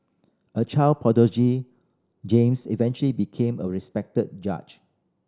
a child prodigy James eventually became a respected judge